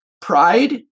pride